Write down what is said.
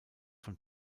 von